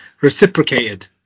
Reciprocated